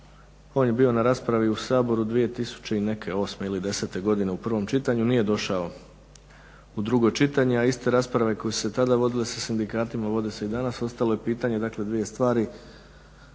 on je bio na raspravi u Saboru 2000 i neke osme ili desete godine u prvom čitanju, nije došao u drugo čitanja a iste rasprave koje su se tada vodile sa sindikatima vode se i danas. Ostalo je pitanje dakle dvije stvari,